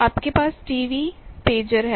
आपके पास TV pager हैं